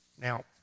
Now